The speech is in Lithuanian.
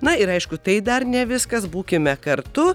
na ir aišku tai dar ne viskas būkime kartu